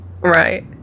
right